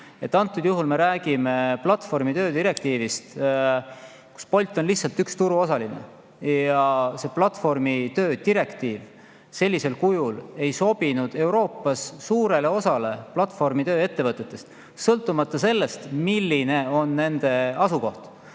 Antud juhul me räägime platvormitöö direktiivist, mille puhul Bolt on lihtsalt üks turuosaline. Ja see platvormitöö direktiiv sellisel kujul ei sobinud Euroopas suurele osale platvormitöö ettevõtetest, sõltumata sellest, milline on nende asukoht.